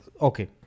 okay